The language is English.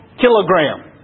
Kilogram